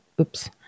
oops